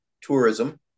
tourism